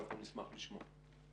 אנחנו נשמח לשמוע.